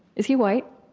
is he white?